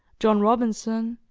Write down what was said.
john robinson,